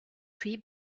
puis